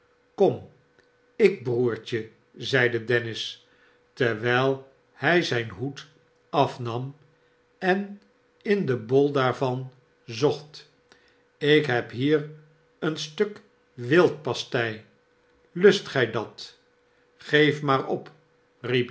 kom ik broertje zeide dennis terwijl hij zijn hoed afnam en in den bol daarvan zocht ik heb hier een stuk wildpastei lust gij dat geef maar op